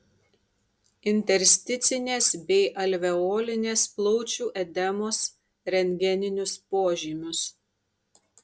intersticinės bei alveolinės plaučių edemos rentgeninius požymius